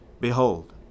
Behold